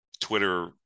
Twitter